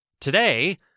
Today